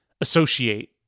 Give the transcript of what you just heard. associate